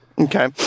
Okay